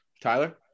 Tyler